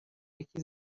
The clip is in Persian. یکی